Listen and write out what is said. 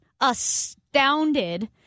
astounded